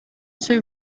too